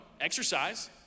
exercise